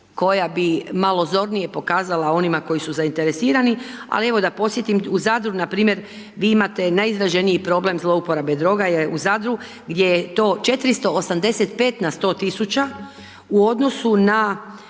koja bi malo zornije pokazala onima koji su zainteresirani, ali evo da podsjetim, u Zadru, npr. vi imate najizraženiji problem zlouporabe droga je u Zadru, gdje je to 485 na 100 tisuća, u odnosu na